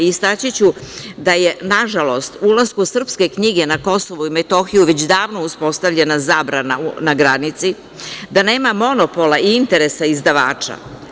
Istaći ću da je, na žalost, ulasku srpske knjige na KiM već davno uspostavljena zabrana na granici, da nema monopola i interesa izdavača.